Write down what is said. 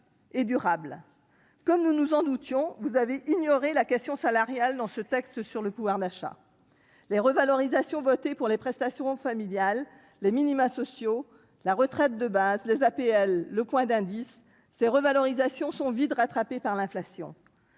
les salaires. Comme nous le redoutions, vous avez ignoré la question salariale dans ce texte sur le pouvoir d'achat. Les revalorisations des prestations familiales, des minima sociaux, de la retraite de base, des APL et du point d'indice des fonctionnaires seront vite rattrapées par l'inflation.